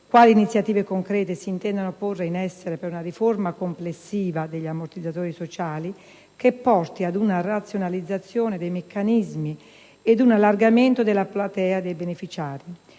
quali iniziative concrete si intendano porre in essere per una riforma complessiva degli ammortizzatori sociali che porti ad una razionalizzazione dei meccanismi e ad un allargamento della platea dei beneficiari.